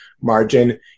margin